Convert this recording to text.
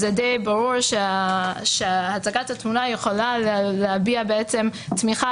זה די ברור שהצגת התמונה יכולה להביע תמיכה